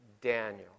Daniel